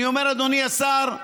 אני אומר, אדוני השר,